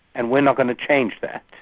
and we're not going to change that.